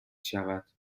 شود